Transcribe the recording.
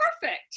perfect